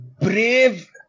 brave